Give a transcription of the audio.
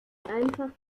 einfach